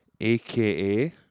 AKA